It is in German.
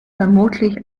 vermutlich